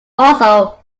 also